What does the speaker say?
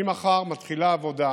ממחר מתחילה העבודה